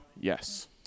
Yes